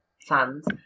fans